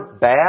bad